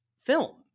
film